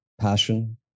passion